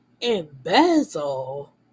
Embezzle